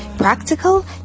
Practical